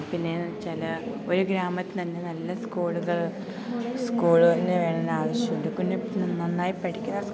പിന്നെയെന്നുവെച്ചാല് ഒരു ഗ്രാമത്തില് തന്നെ നല്ല സ്കൂളുകള് സ്കൂള് തന്നെ വേണമെന്ന് ആവശ്യമുണ്ട് പിന്നെ നന്നായി പഠിക്കുന്ന